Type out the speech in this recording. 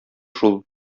шул